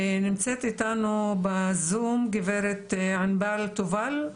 נמצאת איתנו בזום גברת ענבל תובל,